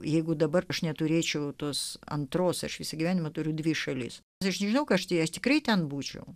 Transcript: jeigu dabar aš neturėčiau tos antros aš įsigyvenimu turiu dvi šalis dažnėliau karštyje aš tikrai ten būčiau